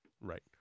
right